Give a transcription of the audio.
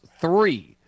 three